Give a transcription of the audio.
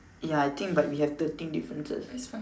ya I think but we have thirteen differences